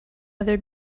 other